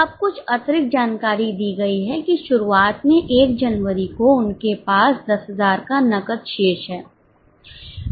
अब कुछ अतिरिक्त जानकारी दी गई है कि शुरुआत में 1 जनवरी को उनके पास 10000 का नकद शेष है